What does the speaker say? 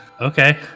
okay